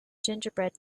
gingerbread